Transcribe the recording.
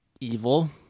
evil